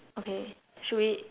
okay should we